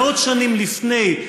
מאות שנים לפני,